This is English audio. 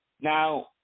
Now